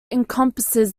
encompasses